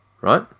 right